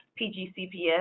PGCPS